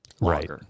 Right